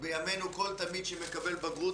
ובימינו כל תלמיד שמקבל בגרות,